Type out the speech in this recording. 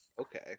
Okay